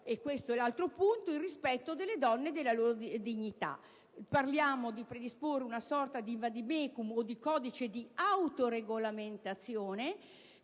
che promuovano poi il rispetto delle donne e della loro dignità. Proponiamo di predisporre una sorta di *vademecum* o di codice di autoregolamentazione